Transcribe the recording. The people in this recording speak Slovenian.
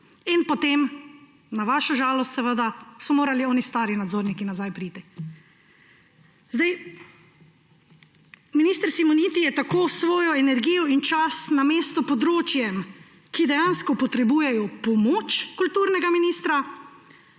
In potem, na vašo žalost, so morali stari nadzorniki nazaj priti. Minister Simoniti je tako svojo energijo in čas namesto področjem, ki dejansko potrebujejo pomoč kulturnega ministra,